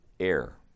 air